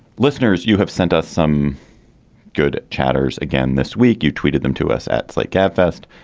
listeners. you have sent us some good chatters again this week. you tweeted them to us at slate gabfest.